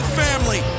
family